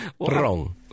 wrong